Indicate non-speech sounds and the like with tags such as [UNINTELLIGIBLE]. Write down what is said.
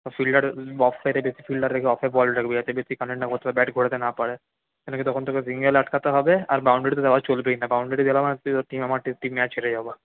fielder অফসাইডে বেশী fielder রেখে অফে বল রাখবি যাতে সেখানে না [UNINTELLIGIBLE] ব্যাট ঘোরাতে না পারে কেন কি তখন তোকে [UNINTELLIGIBLE] আটকাতে হবে আর বাউন্ডারি তো দেওয়া চলবেই না বাউন্ডারি [UNINTELLIGIBLE] আমরা টিম ম্যাচ হেরে যাবো